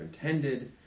intended